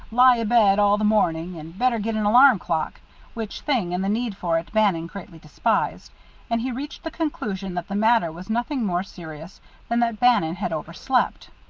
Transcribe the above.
lie abed all the morning, and better get an alarm clock which thing and the need for it bannon greatly despised and he reached the conclusion that the matter was nothing more serious than that bannon had overslept.